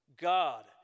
God